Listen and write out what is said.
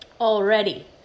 already